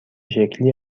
شکلی